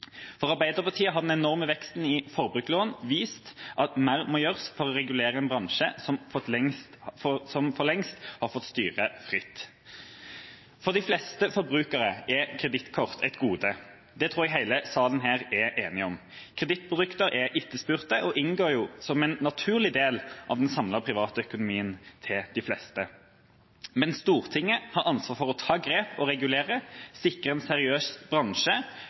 For Arbeiderpartiet har den enorme veksten i forbrukslån vist at mer må gjøres for å regulere en bransje som for lenge har fått styre fritt. For de fleste forbrukere er kredittkort et gode. Det tror jeg hele salen er enig om. Kredittkort er etterspurt og inngår som en naturlig del av den samlede privatøkonomien for de fleste. Men Stortinget har ansvaret for å ta grep, regulere og sikre en seriøs bransje,